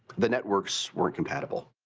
the networks weren't compatible.